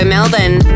Melbourne